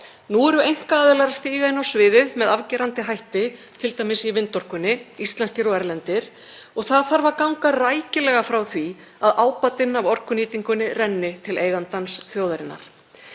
Nú eru einkaaðilar að stíga inn á sviðið með afgerandi hætti, t.d. í vindorkunni, íslenskir og erlendir, og það þarf að ganga rækilega frá því að ábatinn af orkunýtingunni renni til eigandans, þjóðarinnar.